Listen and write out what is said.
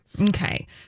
Okay